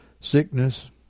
sickness